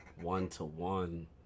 one-to-one